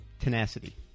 tenacity